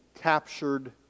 captured